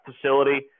facility